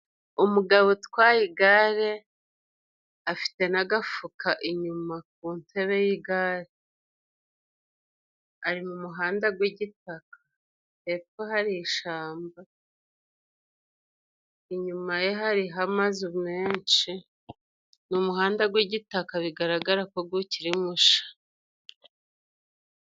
Umugabo utwaye igare afite n'agafuka inyuma ku ntebe y'igare, ari mu handa gw'igitaka, hepfo hari ishyamba, inyuma ye hariho amazu menshi, ni umuhanda w'igitaka, bigaragara ko ari mushya.